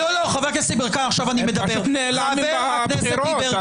החיבוק שאתם נותנים לאיתמר בן גביר פשוט מדהים